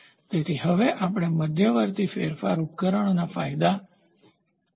તેથી હવે આપણે મધ્યવર્તી ફેરફાર ઉપકરણોના ફાયદા શોધીશું